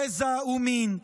גזע ומין.